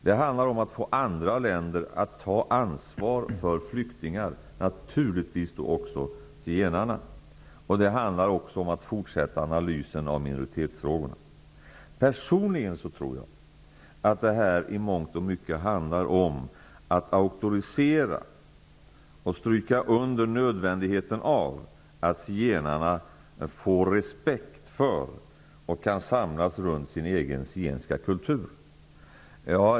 Det handlar om att få andra länder att ta ansvar för flyktingar, naturligtvis också för zigenarna. Det handlar också om att fortsätta med analysen av minoritetsfrågor. Personligen tror jag att detta i mångt och mycket handlar om att stryka under nödvändigheten av att zigenarna får respekt för och kan samlas runt sin egen zigenska kultur. Fru talman!